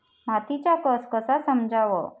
मातीचा कस कसा समजाव?